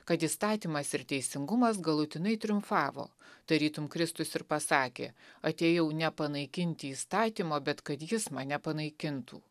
kad įstatymas ir teisingumas galutinai triumfavo tarytum kristus ir pasakė atėjau ne panaikinti įstatymo bet kad jis mane panaikintų